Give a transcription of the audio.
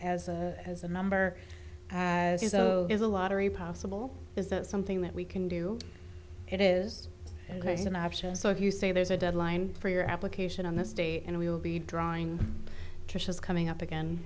as a as a number as you say is a lottery possible is that something that we can do it is an option so if you say there's a deadline for your application on this day and we will be drawing trisha's coming up again